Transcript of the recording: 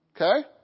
Okay